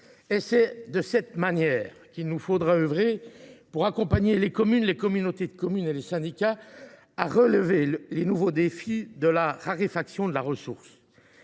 C’est de cette manière qu’il nous faudra œuvrer pour accompagner les communes, les communautés de communes et les syndicats à relever les nouveaux défis nés de la raréfaction de la ressource.